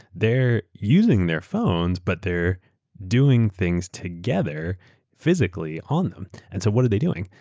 they're using their phones but they're doing things together physically on them. and so what are they doing?